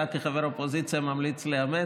אתה כחבר אופוזיציה ממליץ לאמץ?